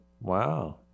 Wow